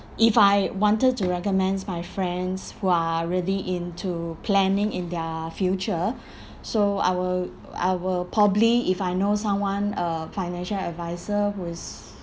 if I wanted to recommend my friends who are really into planning in their future so I will I will probably if I know someone a financial advisor who is